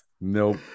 Nope